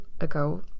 ago